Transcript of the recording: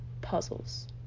puzzles